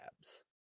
abs